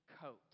coat